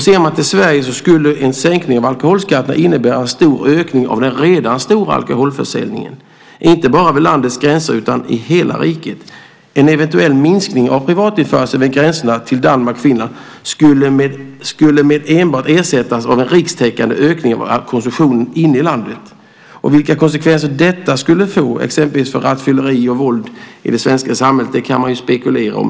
Sett till Sverige skulle en sänkning av alkoholskatterna innebära en stor ökning av en redan stor alkoholförsäljning, inte bara vid landets gränser utan i hela riket. En eventuell minskning av privatinförseln vid gränserna till Danmark och Finland skulle enbart ersättas av en rikstäckande ökning av alkoholkonsumtionen inne i landet. Vilka konsekvenser detta skulle få exempelvis avseende rattfylleri och våld i det svenska samhället kan man spekulera i.